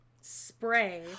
spray